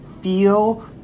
feel